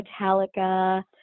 Metallica